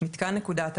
"מיתקן נקודת המעבר"